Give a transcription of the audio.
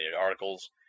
articles